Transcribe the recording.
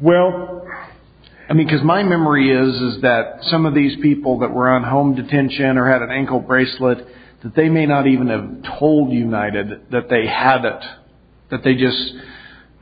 well i mean because my memory is that some of these people that were on home detention or had an ankle bracelet that they may not even have told united that they had that that they just